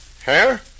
Hair